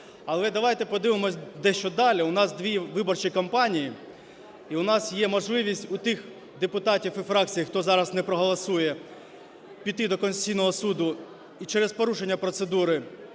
Але давайте подивимось дещо далі. У нас дві виборчі кампанії і у нас є можливість, у тих депутатів і фракцій, хто зараз не проголосує, піти до Конституційного Суду і через порушення процедури